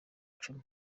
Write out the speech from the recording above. cumi